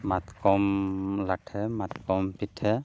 ᱢᱟᱛᱞᱚᱢ ᱞᱟᱴᱷᱮ ᱢᱟᱛᱠᱚᱢ ᱯᱤᱴᱷᱟᱹ